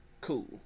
Cool